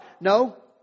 No